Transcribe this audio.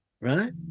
right